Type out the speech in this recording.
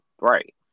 Right